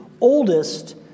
oldest